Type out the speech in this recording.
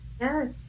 Yes